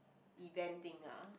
event thing ah